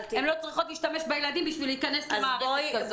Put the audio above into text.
הן צריכות להשתמש בילדים בשביל להיכנס למערכת כזאת.